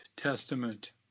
testament